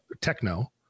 techno